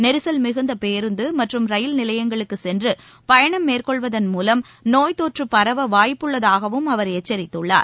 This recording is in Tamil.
நெரிசல் மிகுந்தபேருந்துமற்றும் ரயில் நிலையஙகளுக்குச் சென்றுபயணம் மேற்கொள்வதள் மூலம் நோய்த்தொற்று பரவ வாய்ப்புள்ளதாகவும் அவர் எச்சரித்துள்ளார்